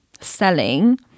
selling